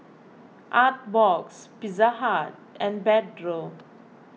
Artbox Pizza Hut and Pedro